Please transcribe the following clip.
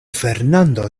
fernando